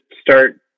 start